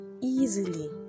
easily